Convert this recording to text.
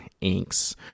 inks